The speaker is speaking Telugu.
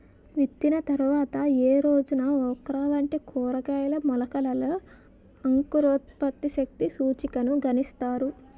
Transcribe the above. విత్తిన తర్వాత ఏ రోజున ఓక్రా వంటి కూరగాయల మొలకలలో అంకురోత్పత్తి శక్తి సూచికను గణిస్తారు?